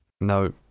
No